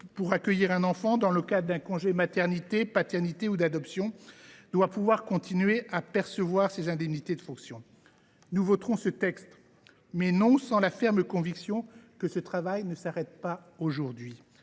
pour accueillir un enfant dans le cadre d’un congé de maternité, de paternité ou d’adoption doit pouvoir continuer à percevoir ses indemnités de fonction. Nous voterons en faveur de ce texte, mais non sans la ferme conviction que notre travail ne s’arrête pas aujourd’hui.